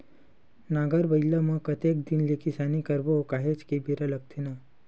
नांगर बइला म कतेक दिन ले किसानी करबो काहेच के बेरा लगथे न